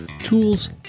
tools